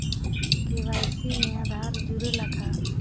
KYC में आधार जुड़े ला का?